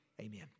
Amen